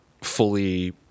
fully